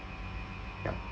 yup